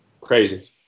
crazy